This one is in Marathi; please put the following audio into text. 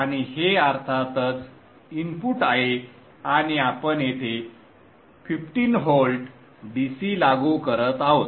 आणि हे अर्थातच इनपुट आहे आणि आपण येथे 15 व्होल्ट DC लागू करत आहोत